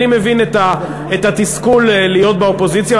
אני מבין את התסכול של להיות באופוזיציה,